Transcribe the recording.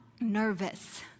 nervous